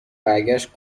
برگشت